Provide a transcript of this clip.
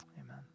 amen